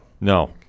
No